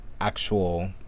actual